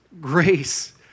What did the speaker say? grace